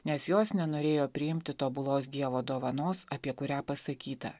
nes jos nenorėjo priimti tobulos dievo dovanos apie kurią pasakyta